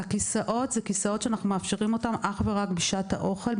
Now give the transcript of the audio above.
הכיסאות זה כיסאות שאנחנו מאפשרים אך ורק בשעת האוכל,